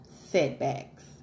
setbacks